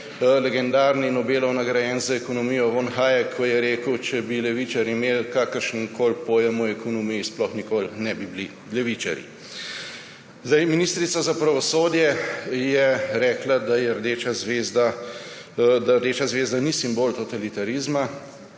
legendarni Nobelov nagrajenec za ekonomijo von Hayek, ko je rekel, da če bi levičarji imeli kakršenkoli pojem o ekonomiji, sploh nikoli ne bi bili levičarji. Ministrica za pravosodje je rekla, da rdeča zvezda ni simbol totalitarizma.